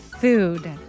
Food